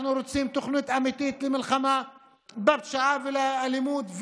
אנחנו רוצים תוכנית אמיתית למלחמה בפשיעה ובאלימות,